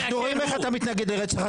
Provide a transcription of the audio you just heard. אנחנו רואים איך אתה מתנגד לרצח.